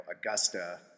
Augusta